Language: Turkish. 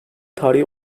tarihi